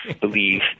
believe